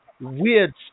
weird